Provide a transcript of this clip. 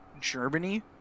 Germany